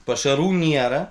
pašarų nėra